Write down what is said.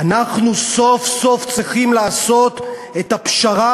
אנחנו סוף-סוף צריכים לעשות את הפשרה